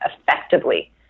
effectively